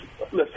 listen